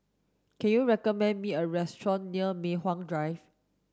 can you recommend me a restaurant near Mei Hwan Drive